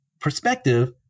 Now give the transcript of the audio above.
perspective